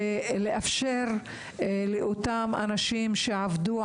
ולאפשר לאותם אנשים שעבדו,